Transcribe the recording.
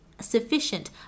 sufficient